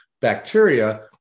bacteria